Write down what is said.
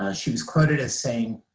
ah she was quoted as saying,